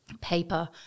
paper